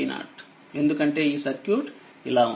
vn ఎందుకంటేఈ circuit ఇలా ఉంది